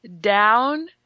down